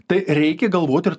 tai reikia galvot ir